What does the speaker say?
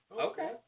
okay